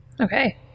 Okay